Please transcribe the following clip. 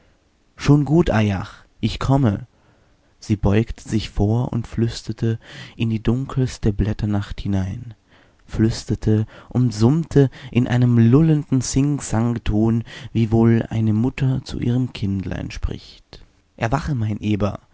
schon gut ayah ich komme sie beugte sich vor und flüsterte in die dunkelste blätternacht hinein flüsterte und summte in einem lullenden singsangton wie wohl eine mutter zu ihrem kindlein spricht erwache mein eber